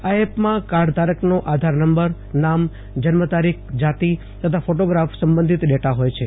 આ એપમાં કાર્ડધારકનો આધારનંબર નામ જન્મ તારીખ જતી તથા ફોતોફફ સંબંધિત ડેટા હોય છે